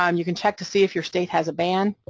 um you can check to see if your state has a ban,